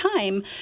time